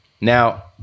now